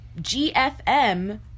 GFM